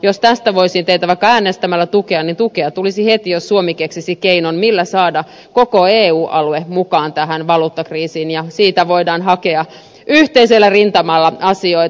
jos tässä voisin teitä vaikka äänestämällä tukea niin tukea tulisi heti jos suomi keksisi keinon millä saada koko eu alue mukaan tähän valuuttakriisiin ja siitä voidaan hakea yhteisellä rintamalla asioita